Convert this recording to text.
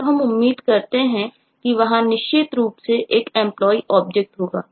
तब हम उम्मीद करते हैं कि वहां निश्चित रूप से एक Employee ऑब्जेक्ट होगा